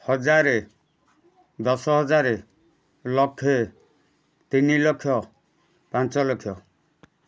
ହଜାରେ ଦଶ ହଜାର ଲକ୍ଷେ ତିନି ଲକ୍ଷ ପାଞ୍ଚ ଲକ୍ଷ